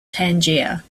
tangier